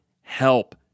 help